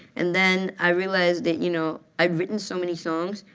and then i realized that, you know, i'd written so many songs.